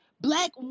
Black